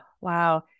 Wow